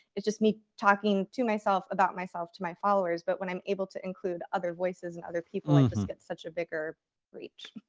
it's just me talking to myself about myself to my followers. but when i'm able to include other voices of and other people, i just get such a bigger reach.